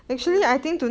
你你